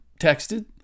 texted